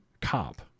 cop